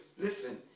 listen